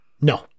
No